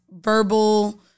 verbal